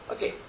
Okay